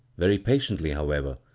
very patiently, however,